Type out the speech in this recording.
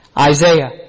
Isaiah